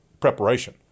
preparation